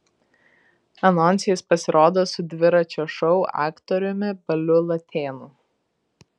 anonse jis pasirodo su dviračio šou aktoriumi baliu latėnu